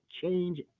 change